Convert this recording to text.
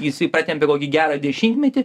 jisai pratempė kokį gerą dešimtmetį